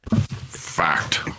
Fact